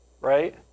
right